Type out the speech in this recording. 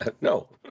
No